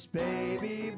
baby